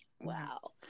wow